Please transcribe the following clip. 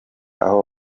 aho